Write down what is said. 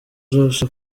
zose